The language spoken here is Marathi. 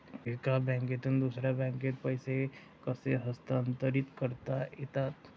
एका बँकेतून दुसऱ्या बँकेत पैसे कसे हस्तांतरित करता येतात?